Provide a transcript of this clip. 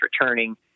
returning